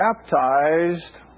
baptized